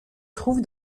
trouve